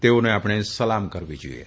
તેઓને આપણે સલામ કરવી જાઈએ